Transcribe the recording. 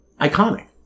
iconic